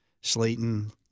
Slayton